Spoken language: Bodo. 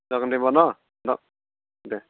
जागोन दे होमब्ला ना दे